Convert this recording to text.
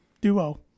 duo